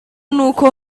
n’uko